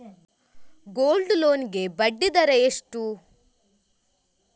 Gold loan ಗೆ ಬಡ್ಡಿ ದರ ಎಷ್ಟು?